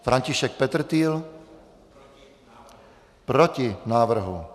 František Petrtýl: Proti návrhu.